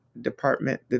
department